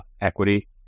equity